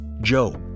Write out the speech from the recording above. joe